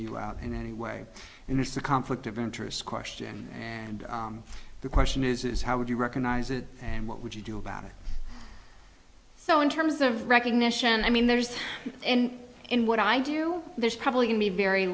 you out in any way and it's a conflict of interest question and the question is how would you recognize it and what would you do about it so in terms of recognition i mean there's in what i do there's probably going to be very